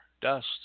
dust